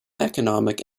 economic